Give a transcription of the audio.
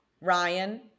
Ryan